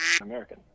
American